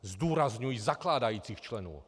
Zdůrazňuji zakládajících členů.